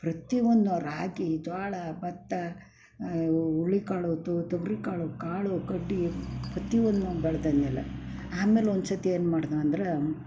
ಪ್ರತಿಯೊಂದು ರಾಗಿ ಜೋಳ ಭತ್ತ ಹುರುಳಿ ಕಾಳು ತೊಗರಿ ಕಾಳು ಕಾಳು ಕಡ್ಡಿ ಪ್ರತಿಯೊಂದ್ನೂ ಬಳ್ಸಿದ್ ಮೇಲೆ ಆಮೇಲೆ ಒಂದು ಸರ್ತಿ ಏನು ಮಾಡ್ದೆ ಅಂದ್ರೆ